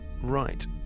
right